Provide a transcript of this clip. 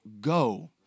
go